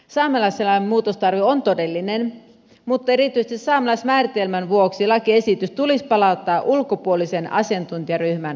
saamelaisilla muutostarve on todellinen mutta erityisesti saamelaismääritelmän vuoksi lakiesitys tulisi palauttaa ulkopuolisen asiantuntijaryhmän valmisteltavaksi